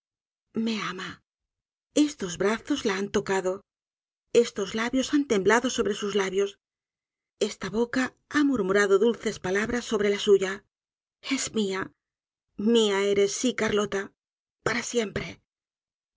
me ama estos brazos la han tocado estos labios han temblado sobre sus labios esta boca ha murmurado dulces palabras sobre la suya es mia mia eres si carlota para siempre